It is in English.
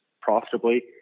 profitably